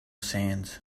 sands